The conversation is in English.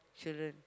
children